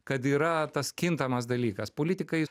kad yra tas kintamas dalykas politikai